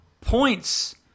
points